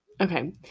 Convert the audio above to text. okay